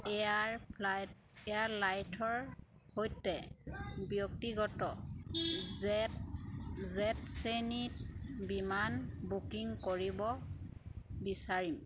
air air লাইথৰ সৈতে ব্যক্তিগত জেট জেট শ্ৰেণীত বিমান বুকিং কৰিব বিচাৰিম